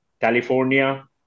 California